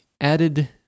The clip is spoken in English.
added